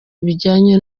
ibijyanye